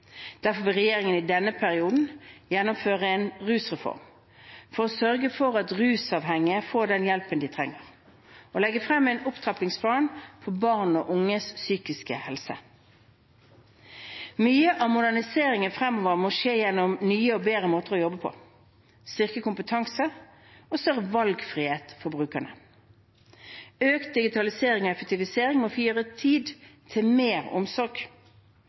Derfor vil regjeringen i denne perioden gjennomføre en rusreform for å sørge for at rusavhengige får den hjelpen de trenger, og legge frem en opptrappingsplan for barn og unges psykiske helse. Mye av moderniseringen fremover må skje gjennom nye og bedre måter å jobbe på, styrket kompetanse og større valgfrihet for brukerne. Økt digitalisering og effektivisering må frigjøre tid til mer omsorg.